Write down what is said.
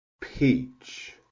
peach